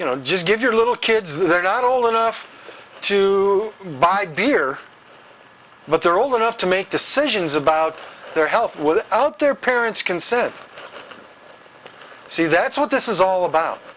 you know just give your little kids they're not old enough to buy gear but they're old enough to make decisions about their health without their parents consent see that's what this is all about